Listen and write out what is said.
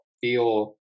feel